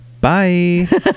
Bye